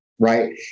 Right